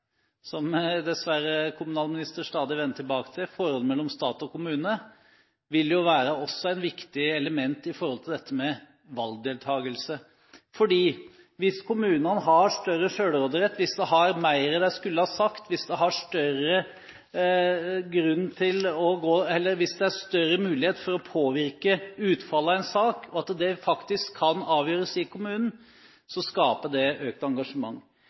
som vi – dessverre, kommunalminister – stadig vender tilbake til: Forholdet mellom stat og kommune vil jo også være et viktig element for dette med valgdeltakelse. For hvis kommunene har større selvråderett, hvis de har mer de skulle sagt, hvis det er større mulighet for å påvirke utfallet av en sak, og at det faktisk kan avgjøres i kommunen, så skaper det økt engasjement.